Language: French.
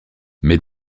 mais